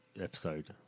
episode